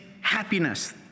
happiness